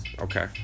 Okay